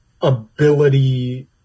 ability